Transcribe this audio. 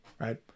Right